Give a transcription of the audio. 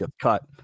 cut